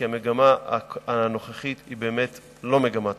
כי המגמה הנוכחית היא באמת לא מגמה טובה.